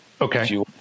Okay